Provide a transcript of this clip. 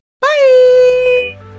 Bye